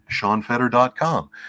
seanfetter.com